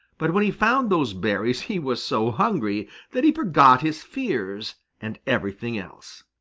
but when he found those berries he was so hungry that he forgot his fears and everything else.